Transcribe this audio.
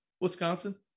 Wisconsin